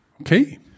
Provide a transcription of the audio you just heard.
Okay